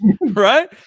Right